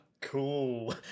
Cool